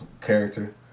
character